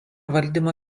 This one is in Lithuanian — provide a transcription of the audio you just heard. valdymo